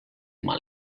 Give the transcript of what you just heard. mal